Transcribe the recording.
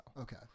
Okay